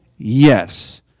Yes